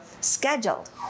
scheduled